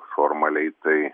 formaliai tai